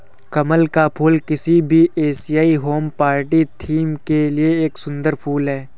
कमल का फूल किसी भी एशियाई होम पार्टी थीम के लिए एक सुंदर फुल है